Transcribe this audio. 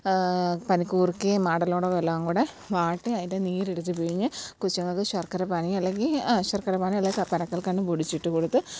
പനിക്കൂർക്കയും ആടലോടകവും എല്ലാംകൂടെ വാട്ടി അതിന്റെ നീരെടുത്ത് പിഴിഞ്ഞ് കൊച്ചുങ്ങൾക്ക് ശർക്കര പാനി അല്ലെങ്കില് ആ ശർക്കരപ്പാനി അല്ലെങ്കില് പനക്കല്ക്കണ്ടവും പൊടിച്ചിട്ടുകൊടുത്ത്